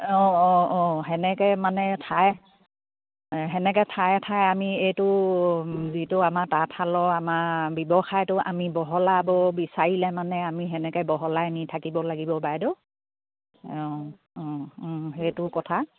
অঁ অঁ অঁ তেনেকৈ মানে ঠাই তেনেকৈ ঠায়ে ঠায়ে আমি এইটো যিটো আমাৰ তাঁতশালৰ আমাৰ ব্যৱসায়টো আমি বহলাব বিচাৰিলে মানে আমি তেনেকৈ বহলাই নি থাকিব লাগিব বাইদেউ অঁ অঁ সেইটো কথা